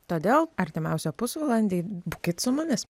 todėl artimiausią pusvalandį būkit su mumis